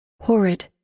Horrid